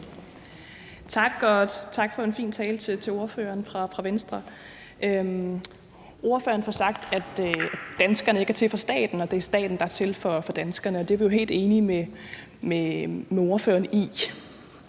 Tak, og tak til ordføreren fra Venstre for en fin tale. Ordføreren får sagt, at danskerne ikke er til for staten, og at det er staten, der er til for danskerne, og det er vi jo helt enige med ordføreren i.